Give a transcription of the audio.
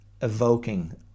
evoking